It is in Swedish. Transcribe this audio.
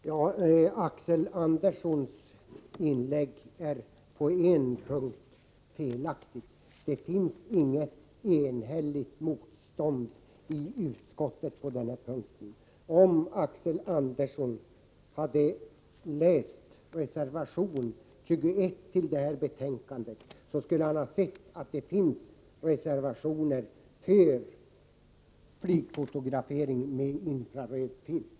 Herr talman! Axel Anderssons inlägg är på en punkt felaktigt. Det finns inget enhälligt motstånd i utskottet beträffande infrarödfotografering. Om Axel Andersson hade läst reservation 21 i betänkandet skulle han ha sett att det finns en reservation till förmån för flygfotografering med infraröd film.